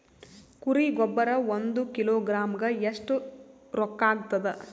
ಕುರಿ ಗೊಬ್ಬರ ಒಂದು ಕಿಲೋಗ್ರಾಂ ಗ ಎಷ್ಟ ರೂಕ್ಕಾಗ್ತದ?